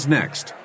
next